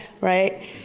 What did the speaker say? right